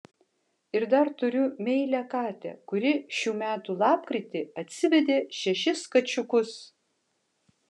ir dar turiu meilią katę kuri šių metų lapkritį atsivedė šešis kačiukus